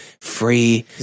free